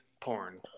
porn